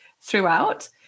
throughout